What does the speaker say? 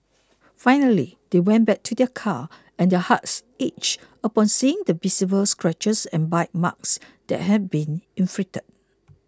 finally they went back to their car and their hearts ached upon seeing the visible scratches and bite marks that had been inflicted